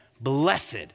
Blessed